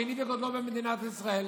השני בגודלו במדינת ישראל.